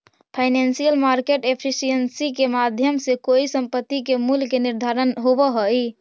financial market efficiency के माध्यम से कोई संपत्ति के मूल्य के निर्धारण होवऽ हइ